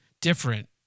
different